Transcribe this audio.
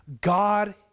God